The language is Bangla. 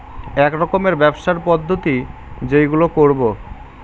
এক রকমের ব্যবসার পদ্ধতি যেইগুলো করবো